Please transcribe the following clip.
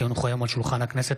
כי הונחו היום על שולחן הכנסת,